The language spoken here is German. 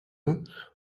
und